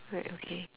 right okay